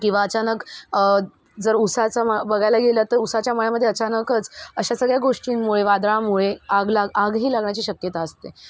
किंवा अचानक जर उसाचा मळा बघायला गेलं तर उसाच्या मळ्यामध्ये अचानकच अशा सगळ्या गोष्टींमुळे वादळामुळे आग लाग आगही लागण्याची शक्यता असते